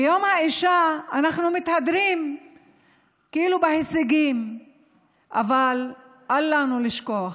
ביום האישה אנחנו מתהדרים כאילו בהישגים אבל אל לנו לשכוח,